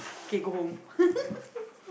kay go home